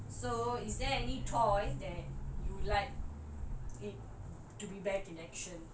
like there isn't anything physical so is there any toy that you like